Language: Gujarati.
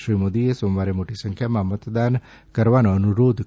શ્રી મોદીએ સોમવારે મોટી સંખ્યામાં મતદાન કરવાનો અનુરોધ કર્યો હતો